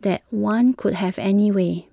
that one could have anyway